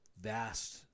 vast